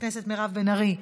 הכנסת מירב בן ארי,